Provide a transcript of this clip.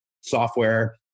software